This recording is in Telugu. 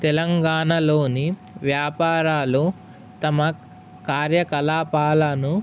తెలంగాణలోని వ్యాపారాలు తమ కార్యకలాపాలను